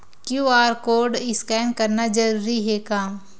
QR code scan करना जरूरी हे का?